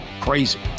Crazy